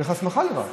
צריך הסמכה לרב.